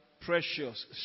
precious